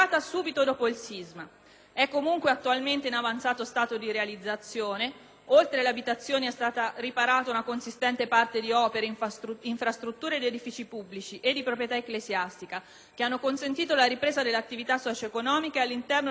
oltre alle abitazioni è stata riparata una consistente parte di opere, infrastrutture ed edifici pubblici e di proprietà ecclesiastica, che hanno consentito la ripresa delle attività socioeconomiche all'interno della vasta area colpita e di ritornare, quindi, alle normali condizioni di vita.